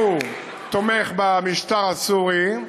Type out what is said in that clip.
שהוא תומך במשטר הסורי,